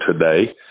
today